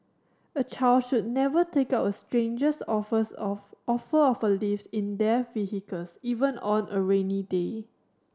a child should never take up a stranger's offers of offer of lift in their vehicles even on a rainy day